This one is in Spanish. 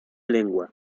lengua